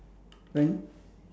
when